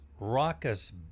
raucous